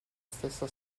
stessa